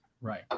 Right